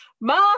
ma